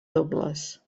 dobles